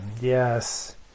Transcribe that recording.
Yes